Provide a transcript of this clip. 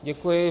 Děkuji.